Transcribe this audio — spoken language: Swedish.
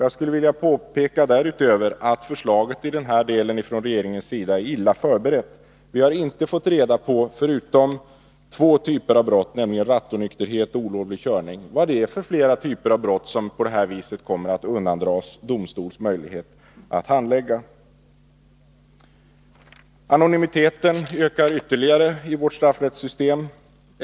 Jag skulle vilja påpeka därutöver att förslaget i den delen från regeringens sida är illa förberett. Vi har inte fått reda på mer än två typer av brott, nämligen rattonykterhet och olovlig körning. Vad är det för flera typer av brott som på det här viset kommer att undandras från domstols handläggning? Anonymiteten ökar ytterligare i vårt straffrättssystem.